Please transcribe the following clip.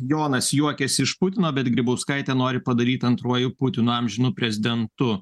jonas juokiasi iš putino bet grybauskaitę nori padaryt antruoju putino amžinu prezidentu